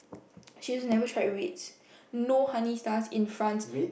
she has never tried wheats no honey star in front